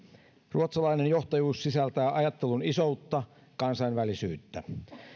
ruotsalainen johtajuus sisältää ajattelun isoutta kansainvälisyyttä